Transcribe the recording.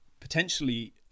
potentially